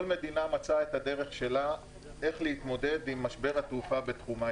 כל מדינה מצאה את הדרך שלה איך להתמודד עם משבר התעופה בתחומה.